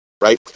right